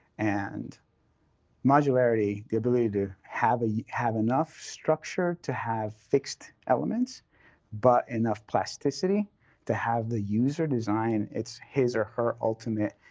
and modularity, the ability to have yeah have enough structure to have fixed elements but enough plasticity to have the user design it's his or her ultimate